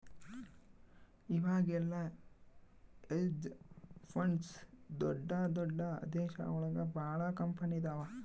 ಇವಾಗೆಲ್ಲ hedge funds ದೊಡ್ದ ದೊಡ್ದ ದೇಶ ಒಳಗ ಭಾಳ ಕಂಪನಿ ಇದಾವ